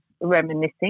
reminiscing